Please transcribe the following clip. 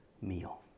meal